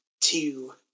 two